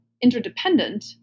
interdependent